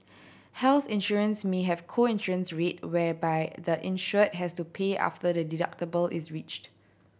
health insurance may have a co insurance rate whereby the insured has to pay after the deductible is reached